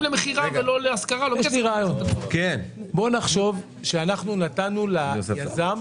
בוא נחשוב שאנחנו נתנו ליזם